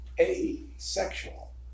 asexual